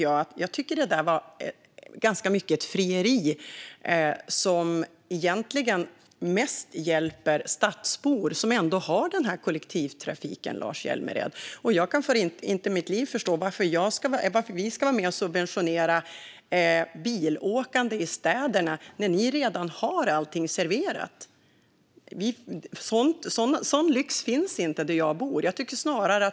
Jag tycker dock att det mest är ett frieri och en hjälp till stadsbor, som ju redan har kollektivtrafik. Jag kan inte för mitt liv förstå varför vi ska vara med och subventionera bilåkande i städer när ni redan har allt serverat. Sådan lyx finns inte där jag bor.